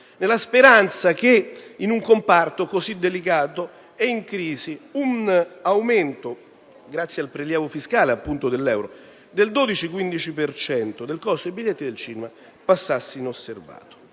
nella speranza che in un comparto così delicato e in crisi un aumento - grazie al prelievo fiscale dell'euro - del 12-15 per cento del prezzo del biglietto del cinema passasse inosservato.